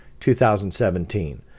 2017